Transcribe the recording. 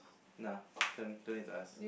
nah don't don't need to ask